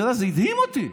אתה יודע, זה הדהים אותי.